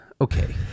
Okay